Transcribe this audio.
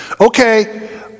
okay